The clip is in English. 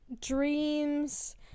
dreams